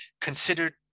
considered